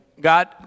God